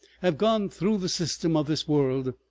have gone through the system of this world,